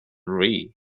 rea